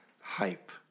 hype